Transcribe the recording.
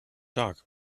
tag